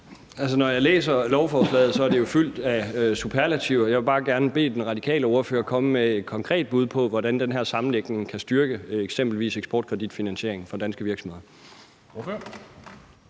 Når jeg læser lovforslaget, er det jo fyldt af superlativer. Jeg vil bare gerne bede den radikale ordfører komme med et konkret bud på, hvordan den her sammenlægning kan styrke eksempelvis eksportkreditfinansieringen for danske virksomheder.